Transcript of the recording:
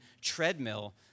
treadmill